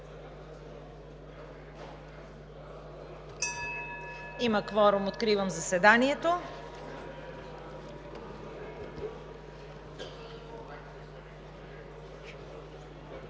Има кворум. Откривам заседанието.